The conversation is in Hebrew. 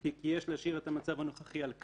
היא כי יש להשאיר את המצב הנוכחי על כנו,